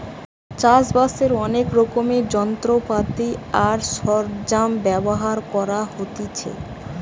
চাষ বাসের অনেক রকমের যন্ত্রপাতি আর সরঞ্জাম ব্যবহার করতে হতিছে